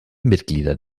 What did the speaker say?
mitglieder